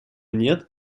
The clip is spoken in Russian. нет